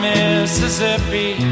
Mississippi